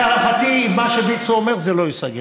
להערכתי, מה שוויצו אומר, זה לא ייסגר.